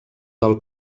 del